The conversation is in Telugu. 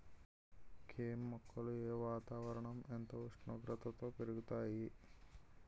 కెమ్ మొక్కలు ఏ వాతావరణం ఎంత ఉష్ణోగ్రతలో పెరుగుతాయి?